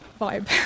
vibe